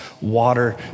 water